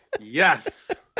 Yes